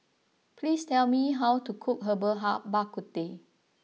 please tell me how to cook Herbal Hak Bak Ku Teh